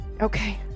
Okay